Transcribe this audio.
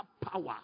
power